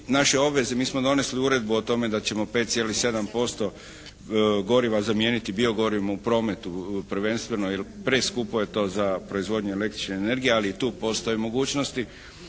naše obveze mi smo donesli uredbu o tome da ćemo 5,7% goriva zamijeniti bio gorivima u prometu, prvenstveno jer preskupo je to za proizvodnju električne energije ali i tu postoje mogućnosti.